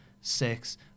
Six